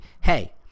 hey